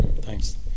Thanks